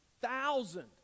thousand